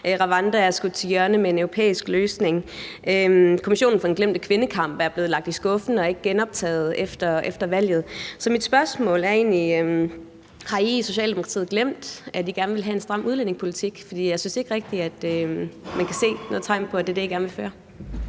Rwanda er skudt til hjørne med forslaget om en europæisk løsning, og kommissionen for den glemte kvindekamp er blevet lagt i skuffen og ikke genoptaget efter valget. Så mit spørgsmål er egentlig: Har I i Socialdemokratiet glemt, at I gerne ville have en stram udlændingepolitik? For jeg synes ikke rigtig, man kan se nogen tegn på, at det er det, I gerne vil føre.